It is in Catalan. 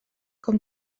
com